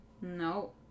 No